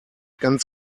ganz